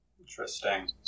Interesting